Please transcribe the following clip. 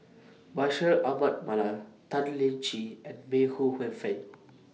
Bashir Ahmad Mallal Tan Lian Chye and May Ooi Yu Fen